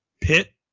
Pitt